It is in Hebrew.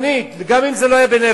גופנית, וגם אם זה לא היה בנפש,